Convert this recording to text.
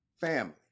family